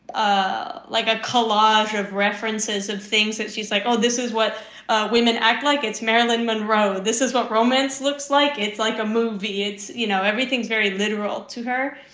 ah like a collage of references and things that she's like, oh, this is what women act like. it's marilyn monroe. this is what romance looks like. it's like a movie. it's, you know, everything's very literal to her.